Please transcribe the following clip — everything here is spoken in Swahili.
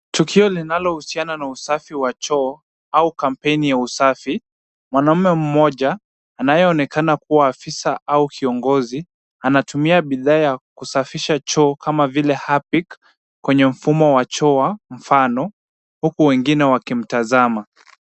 Tukio linalohusiana na usafi wa choo au kampeni ya usafi, mwanamme mmoja anayeonekana kuwa afisa au kiongozi, anatumia bidhaa ya kusafisha choo kama vile Harpic, kwenye mfumo wa chua mfano huku wengine wakimtazama.